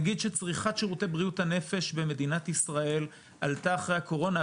נגיד שצריכת שירותי בריאות הנפש במדינת ישראל עלתה אחרי הקורונה,